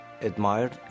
admired